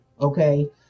okay